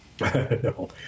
No